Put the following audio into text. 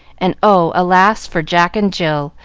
and oh, alas, for jack and jill,